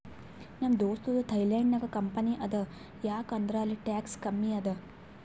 ನಮ್ ದೋಸ್ತದು ಥೈಲ್ಯಾಂಡ್ ನಾಗ್ ಕಂಪನಿ ಅದಾ ಯಾಕ್ ಅಂದುರ್ ಅಲ್ಲಿ ಟ್ಯಾಕ್ಸ್ ಕಮ್ಮಿ ಅದಾ